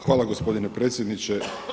Hvala gospodine predsjedniče.